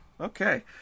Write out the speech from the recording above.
Okay